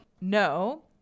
No